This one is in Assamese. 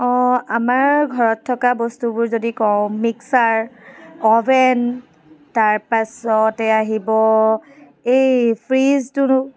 অঁ আমাৰ ঘৰত থকা বস্তুবোৰ যদি কওঁ মিক্সাৰ অ'ভেন তাৰপাছতে আহিব এই ফ্ৰিজটোনো